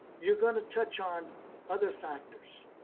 you are going to touch on other factors.